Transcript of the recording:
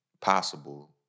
possible